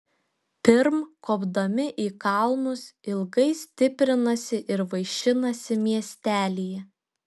pirm kopdami į kalnus ilgai stiprinasi ir vaišinasi miestelyje